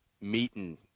meeting